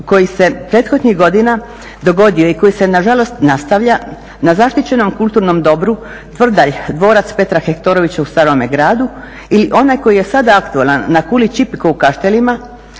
koji se prethodnih godina dogodio i koji se nažalost nastavlja na zaštićenom kulturnom dobru Tvrdaj dvorac Petra Hektorovića u Starome Gradu ili onaj koji je sada aktualan na kuli Ćipiko u Kaštelima,